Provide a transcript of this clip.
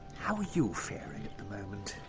how are you faring at the moment?